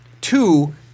Two